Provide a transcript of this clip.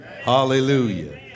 Hallelujah